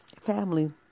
family